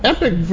Epic